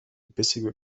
bissige